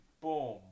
boom